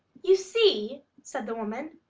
you see, said the woman,